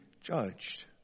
judged